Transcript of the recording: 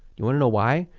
you want to know why?